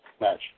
match